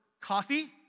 coffee